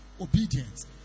obedience